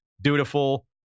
dutiful